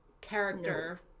character